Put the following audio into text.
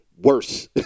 worse